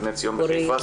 בני ציון בחיפה,